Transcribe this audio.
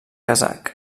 kazakh